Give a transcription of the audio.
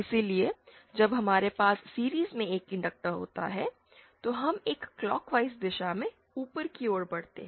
इसलिए जब हमारे पास सीरिज़ में एक इंडक्टर होता है तो हम एक क्लॉकवाइज दिशा में ऊपर की ओर बढ़ते हैं